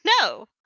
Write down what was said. No